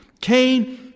Cain